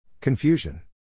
Confusion